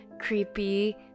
creepy